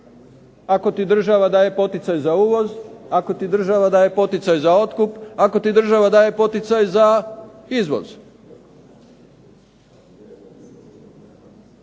ako ti država daje poticaje za uvoz, ako ti država daje poticaj za otkup, ako ti država daje poticaj za izvoz.